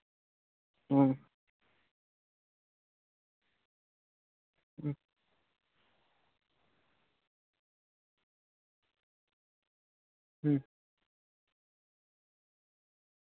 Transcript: ᱦᱩᱸ ᱦᱩᱸ ᱦᱩᱸ